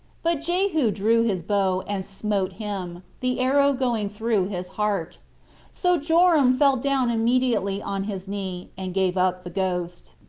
but jehu drew his bow, and smote him, the arrow going through his heart so joram fell down immediately on his knee, and gave up the ghost.